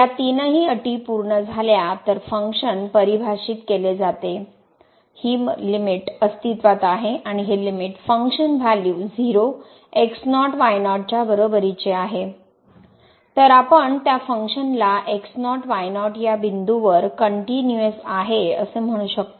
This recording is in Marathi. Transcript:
या तीनही अटी पूर्ण झाल्या तर तर फंक्शन परिभाषित केले जाते ही मर्यादा अस्तित्त्वात आहे आणि ही मर्यादा फंक्शन व्हॅल्यू 0 x0 y0 च्या बरोबरीची आहे तर आपण त्या फंक्शन ला x0 y0 या बिंदूवर कनट्युनिअस आहे असे म्हणू शकतो